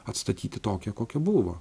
atstatyti tokią kokia buvo